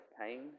pain